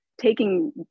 taking